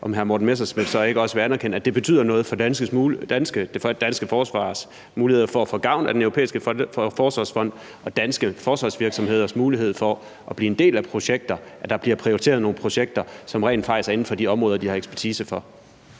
om hr. Morten Messerschmidt så ikke også vil anerkende, at det betyder noget for det danske forsvars muligheder for at få gavn af Den Europæiske Forsvarsfond og det danske forsvars virksomheders mulighed for at blive en del af projekter, at der bliver prioriteret nogle projekter, som rent faktisk er inden for de områder, de har ekspertise på.